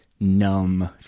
numb